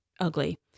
ugly